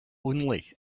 only